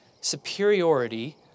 superiority